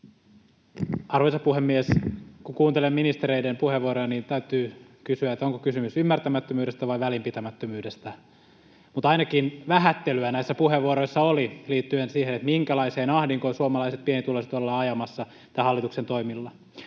Arvoisa puhemies! Kun kuuntelee ministereiden puheenvuoroja, niin täytyä kysyä, onko kysymys ymmärtämättömyydestä vai välinpitämättömyydestä, mutta ainakin vähättelyä näissä puheenvuoroissa oli liittyen siihen, minkälaiseen ahdinkoon suomalaiset pienituloiset ollaan ajamassa tämän hallituksen toimilla.